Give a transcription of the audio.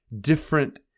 different